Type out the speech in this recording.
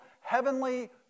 heavenly